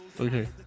Okay